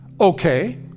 okay